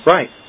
Right